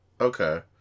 Okay